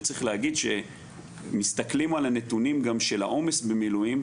שצריך להגיד שמסתכלים על הנתונים גם של העומס במילואים,